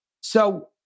So-